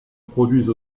produisent